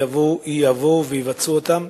יבצעו אותם.